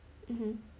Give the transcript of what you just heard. mmhmm